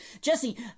Jesse